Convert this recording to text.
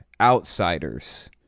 outsiders